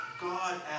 God